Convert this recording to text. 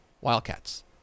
Wildcats